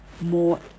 more